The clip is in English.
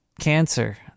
cancer